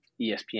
ESPN